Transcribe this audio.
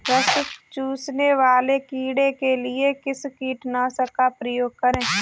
रस चूसने वाले कीड़े के लिए किस कीटनाशक का प्रयोग करें?